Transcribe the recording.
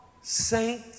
saint